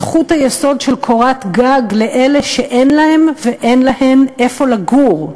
זכות היסוד של קורת גג לאלה שאין להן ואין להם איפה לגור,